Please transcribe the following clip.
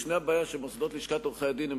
יש בעיה שמוסדות לשכת עורכי-הדין הם